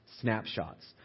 snapshots